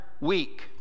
week